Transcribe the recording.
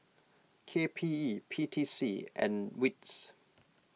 K P E P T C and Wits